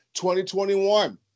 2021